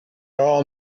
all